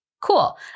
Cool